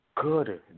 good